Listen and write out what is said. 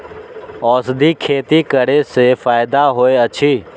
औषधि खेती करे स फायदा होय अछि?